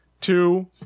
two